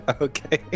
Okay